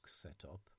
setup